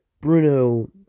Bruno